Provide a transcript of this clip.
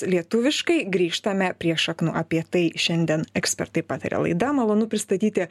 lietuviškai grįžtame prie šaknų apie tai šiandien ekspertai pataria laida malonu pristatyti